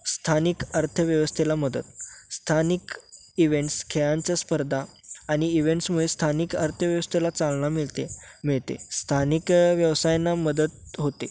स्थानिक अर्थव्यवस्थेला मदत स्थानिक इवेंट्स खेळांच्या स्पर्धा आणि इवेंट्समुळे स्थानिक अर्थव्यवस्थेला चालना मिळते मिळते स्थानिक व्यवसायांना मदत होते